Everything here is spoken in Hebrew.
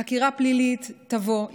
חקירה פלילית תבוא,